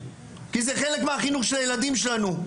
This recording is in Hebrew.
זה חלק מהחינוך של הילדים שלנו.